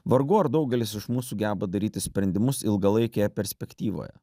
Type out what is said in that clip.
vargu ar daugelis iš mūsų geba daryti sprendimus ilgalaikėje perspektyvoje